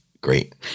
great